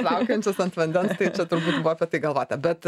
plaukiojančios ant vandens čia turbūt buvo apie tai galvota bet